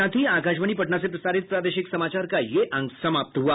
इसके साथ ही आकाशवाणी पटना से प्रसारित प्रादेशिक समाचार का ये अंक समाप्त हुआ